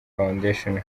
foundation